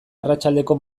arratsaldeko